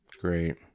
Great